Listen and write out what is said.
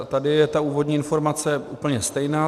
Tady je úvodní informace úplně stejná.